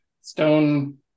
Stone